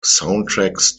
soundtracks